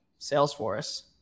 Salesforce